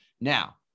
Now